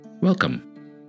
Welcome